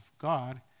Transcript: God